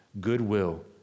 goodwill